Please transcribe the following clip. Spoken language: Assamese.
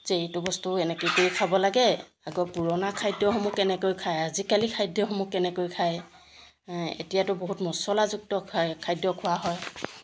যে এইটো বস্তু এনেকৈ কৰি খাব লাগে আগৰ পুৰণা খাদ্যসমূহ কেনেকৈ খায় আজিকালি খাদ্যসমূহ কেনেকৈ খায় এতিয়াতো বহুত মছলাযুক্ত খায় খাদ্য খোৱা হয়